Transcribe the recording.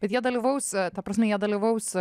bet jie dalyvaus ta prasme jie dalyvaus